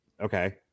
Okay